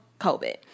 COVID